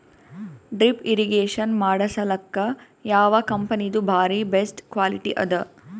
Drip irrigation ಮಾಡಸಲಕ್ಕ ಯಾವ ಕಂಪನಿದು ಬಾರಿ ಬೆಸ್ಟ್ ಕ್ವಾಲಿಟಿ ಅದ?